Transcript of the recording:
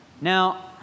Now